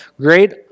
great